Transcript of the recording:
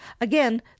Again